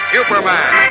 Superman